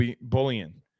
bullying